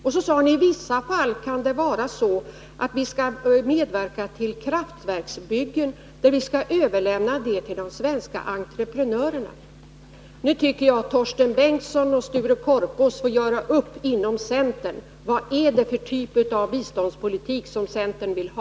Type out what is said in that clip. Han sade att vi i vissa fall när vi skall medverka till kraftverksbyggen skall överlämna det till de svenska entreprenörerna. Torsten Bengtson och Sture Korpås får nu göra upp om vad det är för typ av biståndspolitik som centern vill ha!